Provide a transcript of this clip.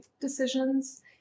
decisions